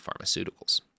Pharmaceuticals